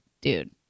dude